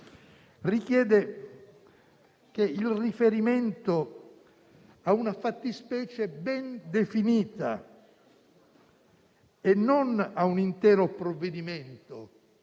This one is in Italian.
richiede il riferimento a una fattispecie ben definita e non a un intero provvedimento,